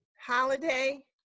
Holiday